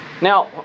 Now